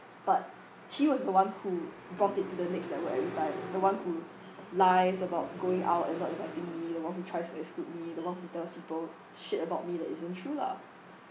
but she was the one who brought it to the next level every time the one who lies about going out and not inviting me the one who tries to exclude me the one who tells people shit about me that isn't true lah